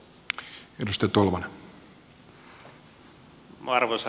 arvoisa herra puhemies